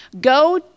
Go